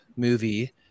movie